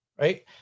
Right